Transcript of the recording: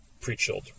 pre-chilled